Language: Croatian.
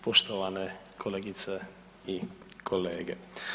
Poštovane kolegice i kolege.